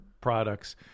products –